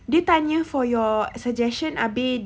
dia tanya you for your suggestion abeh